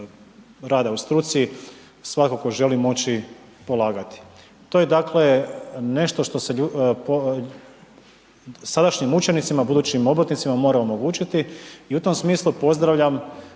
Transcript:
rada u struci svakako želi i moći polagati. To je dakle nešto što se sadašnjim učenicima, budućim obrtnicima mora omogućiti i u tom smisli pozdravljam